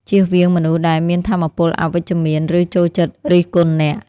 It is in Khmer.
ចៀសវាងមនុស្សដែលមានថាមពលអវិជ្ជមាន ឬចូលចិត្តរិះគន់អ្នក។